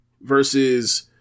versus